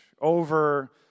over